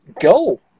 go